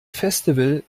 festival